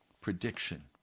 prediction